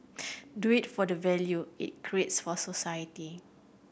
do it for the value it creates for society